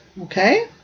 okay